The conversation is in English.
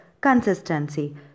consistency